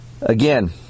Again